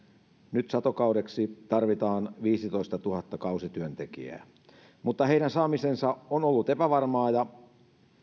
nyt satokaudeksi tarvitaan viisitoistatuhatta kausityöntekijää mutta heidän saamisensa on ollut epävarmaa ja